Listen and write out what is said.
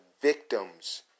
victims